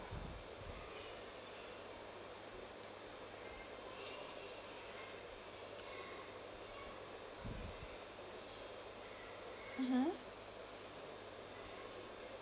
mmhmm